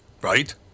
right